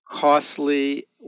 costly